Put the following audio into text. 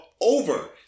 over